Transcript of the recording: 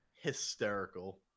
hysterical